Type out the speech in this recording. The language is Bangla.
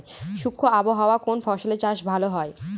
শুষ্ক আবহাওয়ায় কোন ফসলের চাষ ভালো হয়?